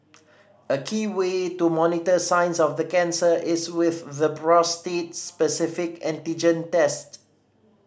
a key way to monitor signs of the cancer is with the prostate specific antigen test